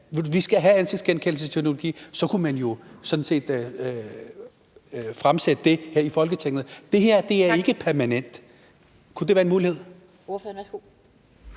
vi skal have ansigtsgenkendelsesteknologi, så kunne man jo fremsætte et forslag her i Folketinget; for det her er ikke permanent. Kunne det være en mulighed?